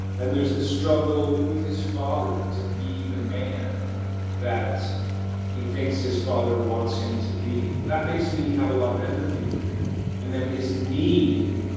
and there's the struggle with his father, to be the man that he thinks his father wants him to be. that makes me have a lot of empathy for him, and then his need.